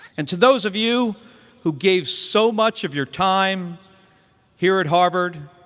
and to those of you who gave so much of your time here at harvard,